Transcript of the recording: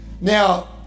Now